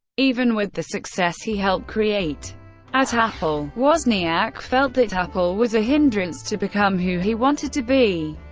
even with the success he helped create at apple, wozniak felt that apple was a hindrance to become who he wanted to be,